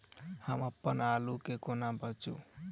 हम अप्पन आलु केँ कोना बेचू?